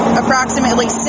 approximately